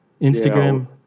Instagram